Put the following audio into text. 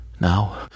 Now